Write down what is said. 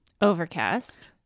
Overcast